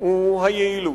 הוא היעילות,